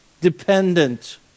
dependent